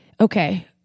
okay